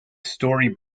story